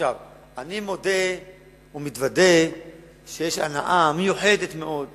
אני מודה ומתוודה שיש הנאה מיוחדת מאוד,